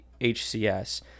HCS